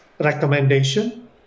recommendation